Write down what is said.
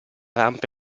rampe